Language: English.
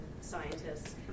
scientists